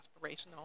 aspirational